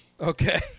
Okay